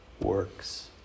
works